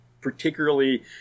particularly